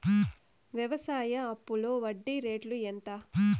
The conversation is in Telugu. వ్యవసాయ అప్పులో వడ్డీ రేట్లు ఎంత?